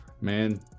man